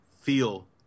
feel